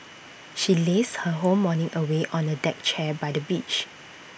she lazed her whole morning away on A deck chair by the beach